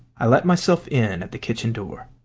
i let myself in at the kitchen door.